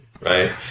right